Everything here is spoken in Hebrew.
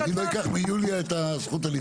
אני לא אקח מיוליה את זכות הנימוק.